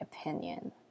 opinion